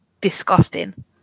disgusting